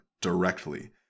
directly